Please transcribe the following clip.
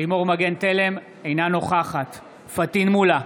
אינה נוכחת פטין מולא,